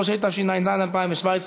5), התשע"ז 2017,